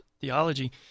theology